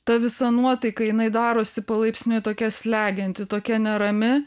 ta visa nuotaika jinai darosi palaipsniui tokia slegianti tokia nerami